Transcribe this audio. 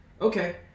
okay